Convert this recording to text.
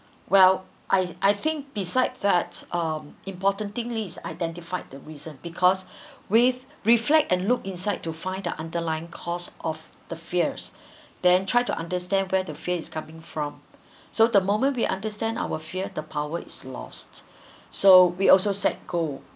well I I think besides that um importantly identified the reason because with reflect and look inside to find the underline cause of the fears then try to understand where the fear is coming from so the moment we understand our fear the power is lost so we also set goal